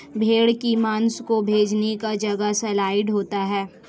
भेड़ की मांस को बेचने का जगह सलयार्ड होता है